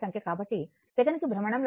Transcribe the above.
కాబట్టి సెకనుకు భ్రమణంల సంఖ్య